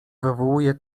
wywołuje